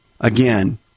again